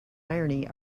irony